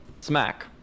Smack